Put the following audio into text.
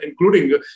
including